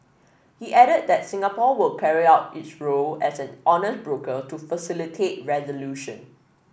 he added that Singapore will carry out its role as an honest broker to facilitate resolution